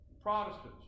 Protestants